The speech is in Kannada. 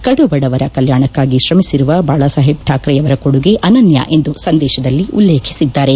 ಕಡುಬಡವರ ಕಲ್ಕಾಣಕ್ಕಾಗಿ ತ್ರಮಿಸಿರುವ ಬಾಳಸಾಹೇಬ್ ಠಾಕ್ರೆಯವರ ಕೊಡುಗೆ ಅನನ್ನ ಎಂದು ಸಂದೇತದಲ್ಲಿ ಉಲ್ಲೇಖಿಸಿದ್ದಾರೆ